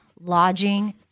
lodging